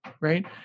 right